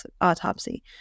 autopsy